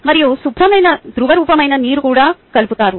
మరియు శుభ్రమైన ద్రవ రూపమైన నీరు కూడా కలుపుతారు